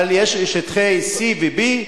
אבל יש שטחי C ו-B,